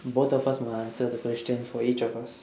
both of us must answer the question for each of us